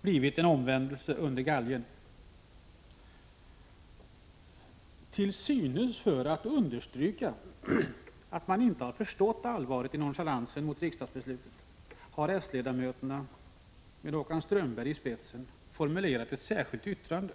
blivit en omvändelse under galgen för socialdemokraterna. Till synes för att understryka att de inte har förstått allvaret i nonchalansen mot riksdagsbeslutet har s-ledamöterna, med Håkan Strömberg i spetsen, formulerat ett särskilt yttrande.